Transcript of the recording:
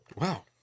Wow